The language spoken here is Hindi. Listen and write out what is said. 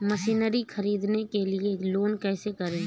मशीनरी ख़रीदने के लिए लोन कैसे करें?